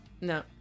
No